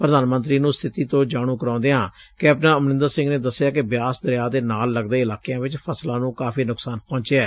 ਪ੍ਰਧਾਨ ਮੰਤਰੀ ਨੂੰ ਸੱਬਿਤੀ ਤੋਂ ਜਾਣੂੰ ਕਰਵਾਉਂਦਿਆਂ ਕੈਪਟਨ ਅਮਰੰਦਰ ਸਿੰਘ ਨੇ ਦੱਸਿਆ ਕਿ ਬਿਆਸ ਦਰਿਆ ਦੇ ਨਾਲ ਲਗਦੇ ਇਲਾਕਿਆਂ ਵਿੱਚ ਫਸਲਾਂ ਨੂੰ ਕਾਫੀ ਨੁਕਸਾਨ ਪਹੁੰਚਿਐ